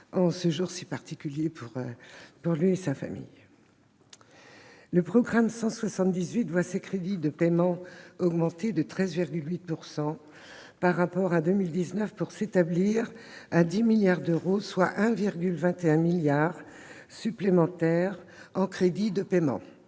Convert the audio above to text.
en ce jour si particulier pour lui et sa famille :« Le programme 178 voit ses crédits de paiement augmenter de 13,8 % par rapport à 2019 pour s'établir à 10 milliards d'euros, soit 1,21 milliard d'euros supplémentaires en crédits de paiement.